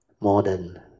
modern